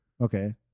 Okay